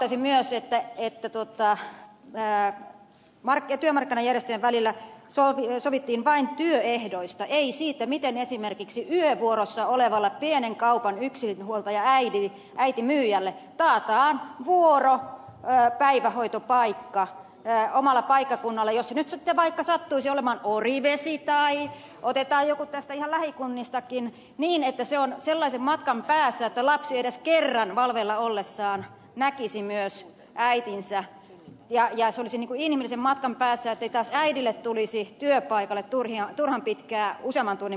huomauttaisin myös että työmarkkinajärjestöjen välillä sovittiin vain työehdoista ei siitä miten esimerkiksi yövuorossa olevalle pienen kaupan yksinhuoltajaäitimyyjälle taataan vuoropäivähoitopaikka omalla paikkakunnalla jos se nyt sitten vaikka sattuisi olemaan orivesi tai otetaan joku ihan tästä lähikunnistakin niin että se on sellaisen matkan päässä että lapsi edes kerran valveilla ollessaan näkisi myös äitinsä ja se olisi inhimillisen matkan päässä ettei taas äidille tulisi työpaikalle turhan pitkää useamman tunnin matkaa